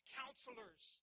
counselors